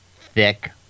thick